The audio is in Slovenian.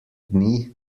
dni